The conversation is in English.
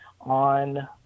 on